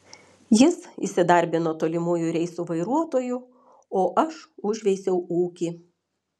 jis įsidarbino tolimųjų reisų vairuotoju o aš užveisiau ūkį